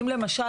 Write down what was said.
אם למשל,